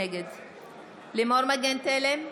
נגד לימור מגן תלם,